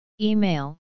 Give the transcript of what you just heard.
Email